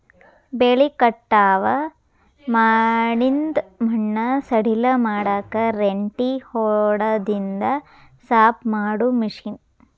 ಬೆಳಿ ಕಟಾವ ಮಾಡಿಂದ ಮಣ್ಣ ಸಡಿಲ ಮಾಡಾಕ ರೆಂಟಿ ಹೊಡದಿಂದ ಸಾಪ ಮಾಡು ಮಿಷನ್